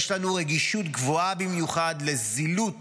יש לנו רגישות גבוהה במיוחד לזילות